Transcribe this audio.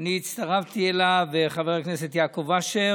ואני וחבר הכנסת יעקב אשר